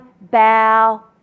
bow